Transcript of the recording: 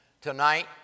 tonight